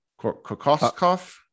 Kokoskov